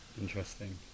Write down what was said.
Interesting